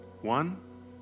One